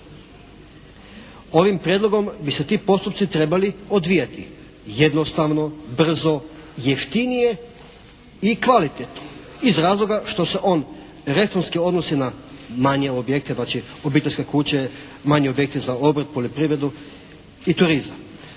Ovim Prijedlogom bi se ti postupci trebali odvijati jednostavno, brzo, jeftinije i kvalitetno iz razloga što se on reformski odnosi na manje objekte, znači obiteljske kuće, manje objekte za obrt, poljoprivredu i turizam.